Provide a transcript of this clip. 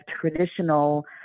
traditional